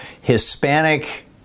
Hispanic